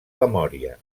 memòria